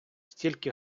стільки